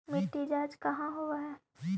मिट्टी जाँच कहाँ होव है?